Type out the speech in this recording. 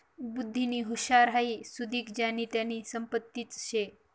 बुध्दीनी हुशारी हाई सुदीक ज्यानी त्यानी संपत्तीच शे